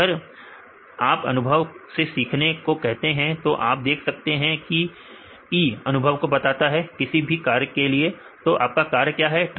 तो अगर आप अनुभव से सीखने को कहते हैं तो आप देख सकते हैं E अनुभव को बताता है किसी भी कार्य के लिए तो आपका कार्य क्या है